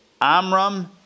Amram